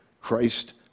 Christ